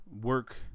work